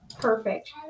Perfect